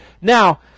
Now